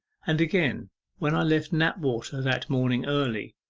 and again when i left knapwater that morning early.